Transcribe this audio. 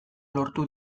lortu